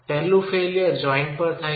પ્રથમ failure joint પર થાય છે